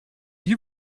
you